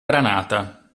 granata